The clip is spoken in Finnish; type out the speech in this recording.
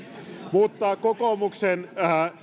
mutta kokoomuksen